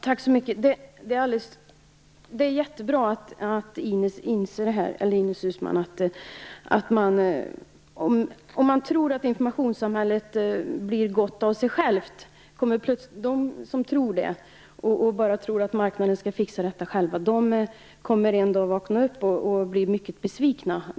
Herr talman! Det är jättebra att Ines Uusmann inser det här. De som tror att informationssamhället blir gott av sig självt och att marknaden kommer att fixa detta själv kommer en dag att vakna upp och bli mycket besvikna.